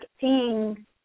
seeing